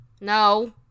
No